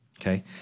okay